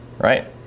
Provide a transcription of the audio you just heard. right